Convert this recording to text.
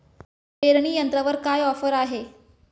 पेरणी यंत्रावर काय ऑफर आहे?